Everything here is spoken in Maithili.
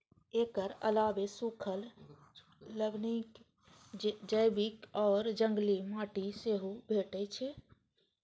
एकर अलावे सूखल, लवणीय, जैविक आ जंगली माटि सेहो भेटै छै